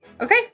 Okay